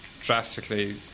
drastically